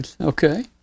Okay